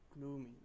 gloomy